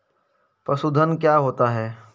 पशुधन क्या होता है?